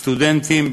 סטודנטים,